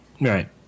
Right